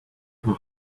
from